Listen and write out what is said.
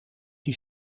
die